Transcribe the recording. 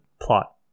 plot